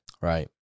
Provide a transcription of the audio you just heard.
Right